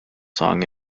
song